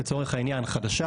חדשה,